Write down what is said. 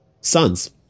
sons